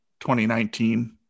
2019